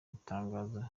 itangazo